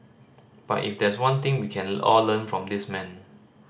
but if there's one thing we can all learn from this man